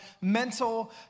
mental